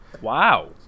Wow